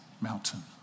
mountain